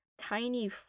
tiny